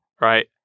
right